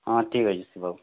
ହଁ ଠିକ୍ ଅଛେ ବାବୁ